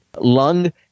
lung